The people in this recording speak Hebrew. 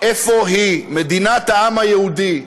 איפה היא, מדינת העם היהודי,